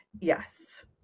yes